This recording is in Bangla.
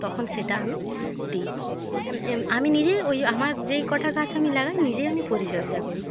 তখন সেটা আমি দিই আমি নিজেই ওই আমার যেই কটা গাছ আমি লাগাই নিজেই আমি পরিচর্যা করি